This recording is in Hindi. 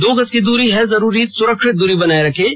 दो गज की दूरी है जरूरी सुरक्षित दूरी बनाए रखें